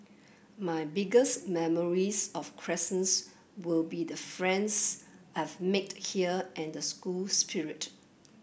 my biggest memories of Crescents will be the friends I've here and the school spirit